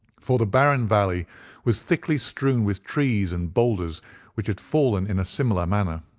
for the barren valley was thickly strewn with trees and boulders which had fallen in a similar manner.